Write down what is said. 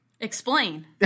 Explain